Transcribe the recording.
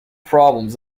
problems